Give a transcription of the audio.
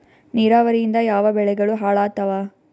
ನಿರಾವರಿಯಿಂದ ಯಾವ ಬೆಳೆಗಳು ಹಾಳಾತ್ತಾವ?